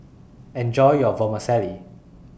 Enjoy your Vermicelli